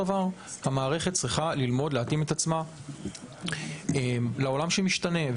המערכת צריכה ללמוד להתאים את עצמה לעולם שמשתנה.